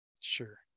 Sure